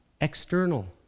external